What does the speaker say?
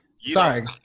Sorry